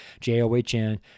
J-O-H-N